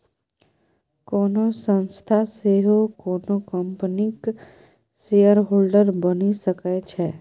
कोनो संस्था सेहो कोनो कंपनीक शेयरहोल्डर बनि सकै छै